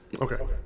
Okay